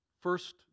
first